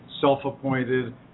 self-appointed